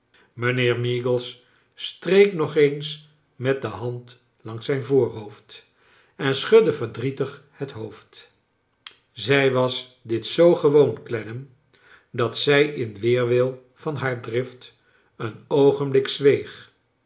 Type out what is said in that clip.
mijnheer meagles streek nog eens met de hand langs zijn voorhoofd en sehudde verdrietig het hoofd zij was dit zoo gewoon olennam dat zij in weerwil van haar drift een oogenblik zweeg